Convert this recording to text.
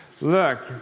Look